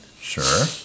Sure